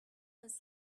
was